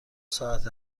ساعت